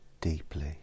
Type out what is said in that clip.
deeply